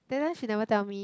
then then she never tell me